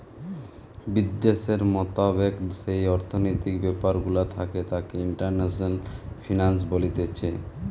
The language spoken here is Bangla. বিদ্যাশের মোতাবেক যেই অর্থনৈতিক ব্যাপার গুলা থাকে তাকে ইন্টারন্যাশনাল ফিন্যান্স বলতিছে